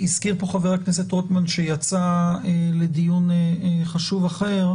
הזכיר פה חבר הכנסת רוטמן, שיצא לדיון חשוב אחר,